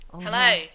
Hello